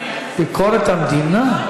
ביקורת המדינה.